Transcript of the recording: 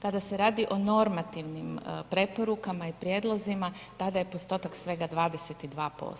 Kada se radimo o normativnim preporukama i prijedlozima tada je postotak svega 22%